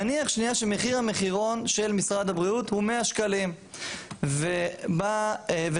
נניח שמחיר המחירון של משרד הבריאות הוא 100 שקלים